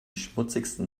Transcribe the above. schmutzigsten